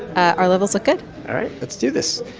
our levels look good all right, let's do this.